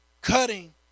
Cutting